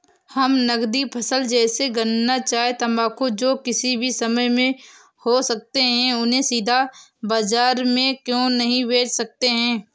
हम नगदी फसल जैसे गन्ना चाय तंबाकू जो किसी भी समय में हो सकते हैं उन्हें सीधा बाजार में क्यो नहीं बेच सकते हैं?